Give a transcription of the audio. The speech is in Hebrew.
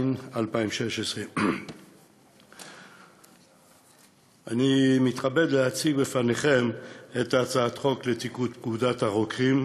התשע"ז 2016. אני מתכבד להציג בפניכם הצעת חוק לתיקון פקודת הרוקחים,